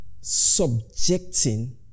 subjecting